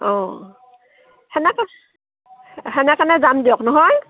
অঁ সেনেকে সেনেকনে যাম দিয়ক নহয়